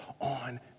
on